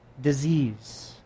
disease